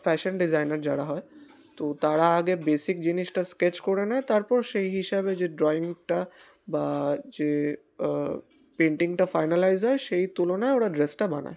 fashion designer যারা হয় তো তারা আগে বেসিক জিনিসটা স্কেচ করে নেয় তারপর সেই হিসাবে যে ড্রয়িংটা বা যে পেন্টিংটা ফাইনালাইজ হয় সেই তুলনায় ওরা ড্রেসটা বানায়